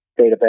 database